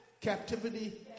captivity